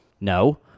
no